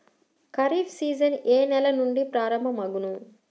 Kharif season ఏ నెల నుండి ప్రారంభం అగును?